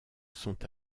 sont